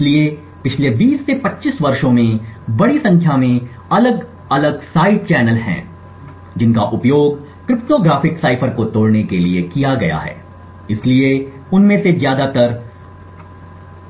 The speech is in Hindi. इसलिए पिछले 20 से 25 वर्षों में बड़ी संख्या में अलग अलग साइड चैनल हैं जिनका उपयोग क्रिप्टोग्राफिक साइफर को तोड़ने के लिए किया गया है इसलिए उनमें से ज्यादातर